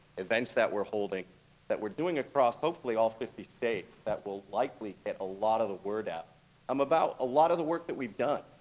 events that we're holding that we're doing across hopefully all fifty states that will likely get a lot of the word out um about a lot of the work that we've done,